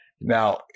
Now